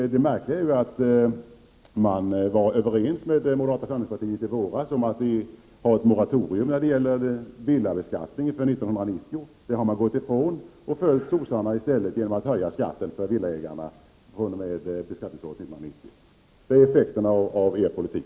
Det märkliga är att man i våras var överens med moderata samlingspartiet om införandet av ett moratorium när det gäller villabeskattning inför 1990. Man har nu gått ifrån detta och i stället följt socialdemokraterna genom att gå med på att höja skatten för villaägarna fr.o.m. beskattningsåret 1990. Det är effekterna av folkpartiets politik.